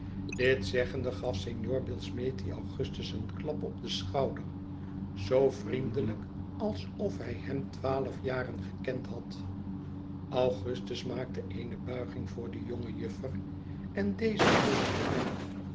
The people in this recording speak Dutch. dit zeggende gaf signor billsmethi augustus eenklap op den schouder zoo vriendelijk alsof hij hem al twaalf jaren gekend had augustus maakte eene buiging voor de jonge juffer en deze neeg voor hem